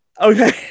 Okay